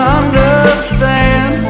understand